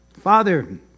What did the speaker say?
Father